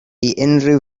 unrhyw